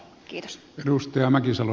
kiitos dus tea mäkisalo